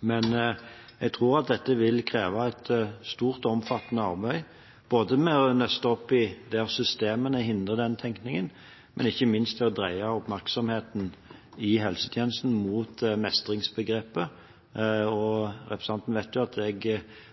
Men jeg tror at dette vil kreve et stort og omfattende arbeid både med å nøste opp der systemene hindrer den tenkningen og ikke minst med å dreie oppmerksomheten i helsetjenesten mot mestringsbegrepet. Representanten vet at jeg